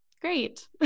great